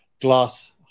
glass